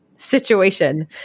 situation